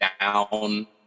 down